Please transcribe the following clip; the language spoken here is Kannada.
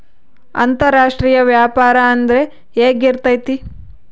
ಅಂತರಾಷ್ಟ್ರೇಯ ವ್ಯಾಪಾರ ಅಂದ್ರೆ ಹೆಂಗಿರ್ತೈತಿ?